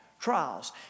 trials